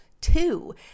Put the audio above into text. two